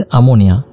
Ammonia